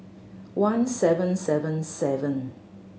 one seven seven seven